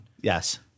Yes